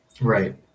Right